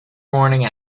morning